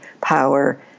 power